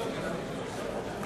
הכנסת,